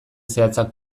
zehatzak